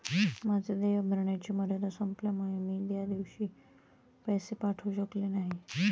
माझे देय भरण्याची मर्यादा संपल्यामुळे मी त्या दिवशी पैसे पाठवू शकले नाही